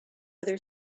other